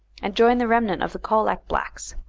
and joined the remnant of the colac blacks,